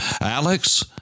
Alex